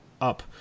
up